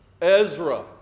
Ezra